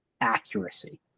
accuracy